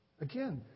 Again